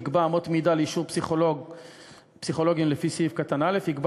יקבע אמות מידה לאישור פסיכולוגים לפי סעיף קטן (א); יקבע